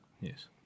Yes